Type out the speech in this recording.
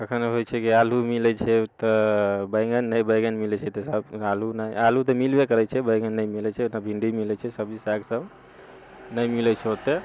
कखनो होइ छै कि आलू मिलै छै तऽ बैगन नहि बैगन मिलै छै तऽ आलू नहि आलू तऽ मिलबै करै छै बैगन नहि मिलै छै ने भिण्डी मिलै छै सब्जी साग सभ नहि मिलै छै ओते